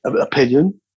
opinion